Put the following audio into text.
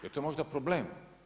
Je li to možda problem?